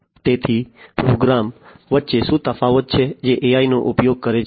તેથી પ્રોગ્રામ વચ્ચે શું તફાવત છે જે AI નો ઉપયોગ કરે છે